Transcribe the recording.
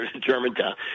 Germantown